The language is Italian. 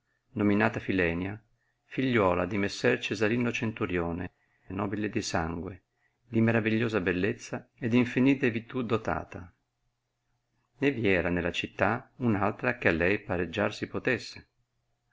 nominata filenia figliuola di messer cesarino centurione nobile di sangue di maravigliosa bellezza e d infinite virtù dotata né vi era nella città un altra che a lei pareggiar si potesse